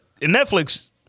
Netflix